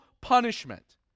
punishment